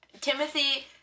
Timothy